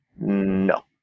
No